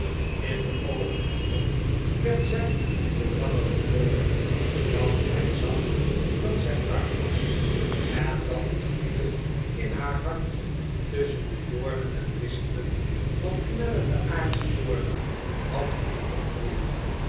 in de oogen van tom werd zij hoe langer hoe mooier want hij zag dat zij arm was en dat het goede in haar hart tusschen de doornen en distelen van knellende aard sche zorgen had moeten opgroeien